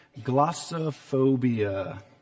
Glossophobia